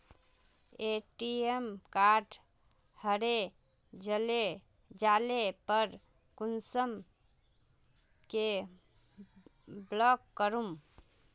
ATM card हरे जाले पर कुंसम के ब्लॉक करूम?